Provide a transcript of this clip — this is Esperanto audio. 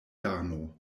dano